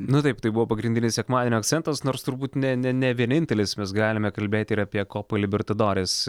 nu taip tai buvo pagrindinis sekmadienio akcentas nors turbūt ne ne ne vienintelis mes galime kalbėti ir apie kopolibartadores